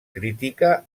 crítica